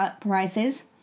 prices